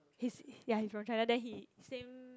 he's ya he's from China then he same